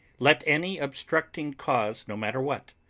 let any obstructing cause, no matter what,